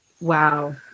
Wow